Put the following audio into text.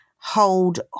hold